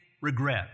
regret